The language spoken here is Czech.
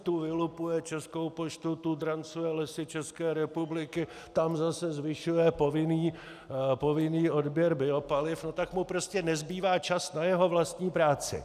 Tu vylupuje Českou poštu, tu drancuje Lesy České republiky, tam zase zvyšuje povinný odběr biopaliv, tak mu prostě nezbývá čas na jeho vlastní práci.